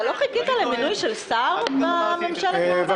אתה לא חיכית למינוי של שר בממשלת המעבר הזאת?